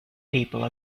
people